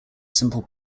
simple